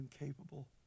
incapable